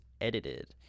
edited